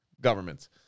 governments